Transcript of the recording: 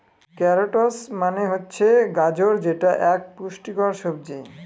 carrots মানে হচ্ছে গাজর যেটা এক পুষ্টিকর সবজি